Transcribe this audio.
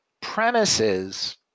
premises